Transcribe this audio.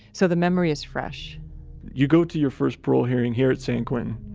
so the memory is fresh you go to your first parole hearing here at san quentin.